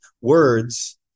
words